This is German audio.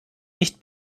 nicht